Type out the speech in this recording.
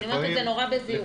אני אומרת את זה נורא בזהירות.